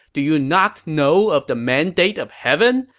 do you not know of the mandate of heaven?